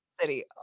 City